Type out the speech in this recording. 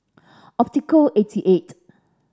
Optical eighty eight